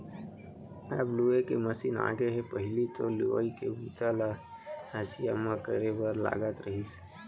अब लूए के मसीन आगे हे पहिली तो लुवई के बूता ल हँसिया म करे बर लागत रहिस